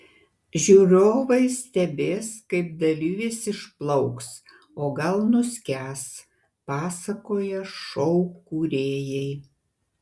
žiūrovai stebės kaip dalyvis išplauks o gal nuskęs pasakoja šou kūrėjai